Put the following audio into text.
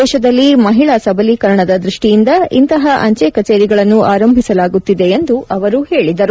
ದೇಶದಲ್ಲಿ ಮಹಿಳಾ ಸಬಲೀಕರಣದ ದೃಷ್ಟಿಯಿಂದ ಇಂತಹ ಅಂಚೆ ಕಚೇರಿಗಳನ್ನು ಆರಂಭಿಸಲಾಗುತ್ತಿದೆ ಎಂದು ಅವರು ಹೇಳಿದರು